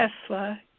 Tesla